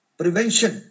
prevention